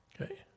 Okay